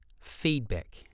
feedback